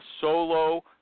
solo